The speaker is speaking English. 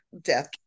Death